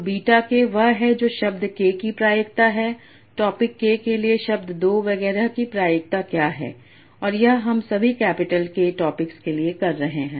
तो beta k वह है जो शब्द k की प्रायिकता है टॉपिक k के लिए शब्द 2 वगैरह की प्रायिकता क्या है और यह हम सभी कैपिटल K टॉपिक्स के लिए कर रहे हैं